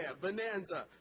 Bonanza